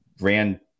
Ran